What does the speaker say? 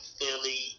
Philly